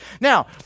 Now